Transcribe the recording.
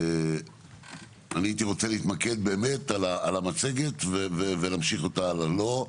הייתי רוצה להתמקד במצגת ולהמשיך אותה הלאה.